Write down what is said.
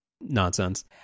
nonsense